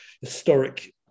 historic